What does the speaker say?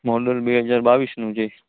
model બે હજાર બાવીસનું છે